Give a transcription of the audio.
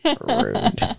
rude